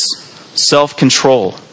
self-control